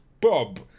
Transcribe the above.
Bob